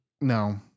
No